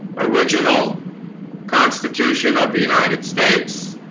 original constitution of the united states